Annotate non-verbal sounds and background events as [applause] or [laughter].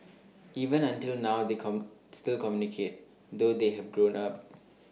even until now they [unintelligible] still communicate though they have grown up